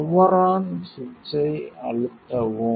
power on on சுவிட்சை அழுத்தவும்